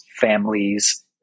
families